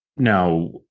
Now